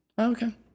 okay